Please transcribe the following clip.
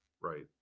Right